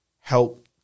help